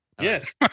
Yes